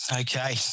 Okay